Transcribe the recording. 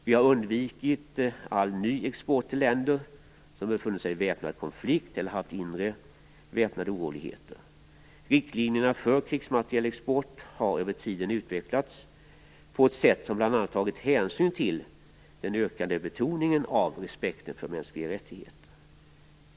Vi har undvikit all ny export till länder som befunnit sig i väpnad konflikt eller haft inre väpnade oroligheter. Riktlinjerna för krigsmaterielexport har över tiden utvecklats på ett sätt som bl.a. tagit hänsyn till den ökade betoningen av respekten för mänskliga rättigheter.